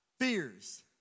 fears